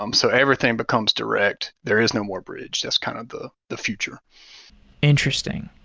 um so everything becomes direct. there is no more bridge that's kind of the the future interesting.